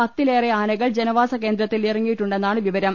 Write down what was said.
പത്തിലേറെ ആനകൾ ജനവാസ കേന്ദ്രത്തിൽ ഇറങ്ങിയിട്ടുണ്ടെ ന്നാണ് വിവരം